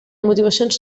motivacions